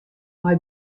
mei